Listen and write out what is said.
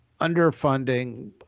underfunding